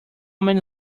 many